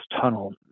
tunnel